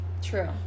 True